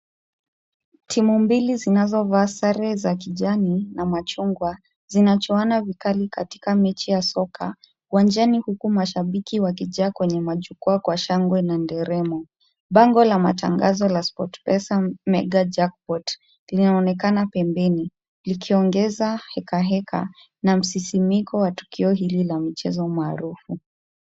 Timu mbili zinazovaa sare za kijani na machungwa, zinachuana vikali katika mechi ya soka uwanjani. Huku mashabiki wakijaa kwenye majukwa kwa shangwe na nderemo. Bango la matangazo ya Sport Pesa Mega Jackpot linaonekana pembeni, likiongeza hekaheka na msisimuko wa tukio hili la mchezo maarufu.